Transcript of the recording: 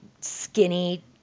Skinny